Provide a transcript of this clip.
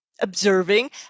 observing